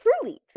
Truly